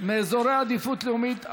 מאזורי עדיפות לאומית),